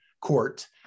court